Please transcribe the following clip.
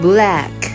Black